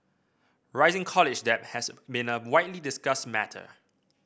rising college debt has been a widely discussed matter